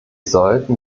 sollten